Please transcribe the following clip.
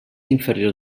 inferior